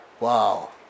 Wow